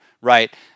right